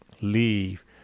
Leave